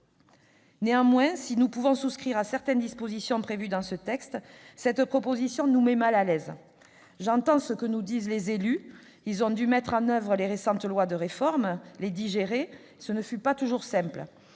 Néanmoins, si nous pouvons souscrire à certaines dispositions prévues dans ce texte, cette proposition nous met mal à l'aise. J'entends ce que nous disent les élus, ils ont dû mettre en oeuvre les récentes lois de réforme territoriale, les digérer ; ce ne fut pas toujours simple.